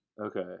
Okay